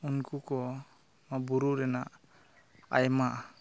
ᱩᱱᱠᱩ ᱠᱚ ᱱᱚᱣᱟ ᱵᱩᱨᱩ ᱨᱮᱱᱟᱜ ᱟᱭᱢᱟ